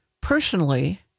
personally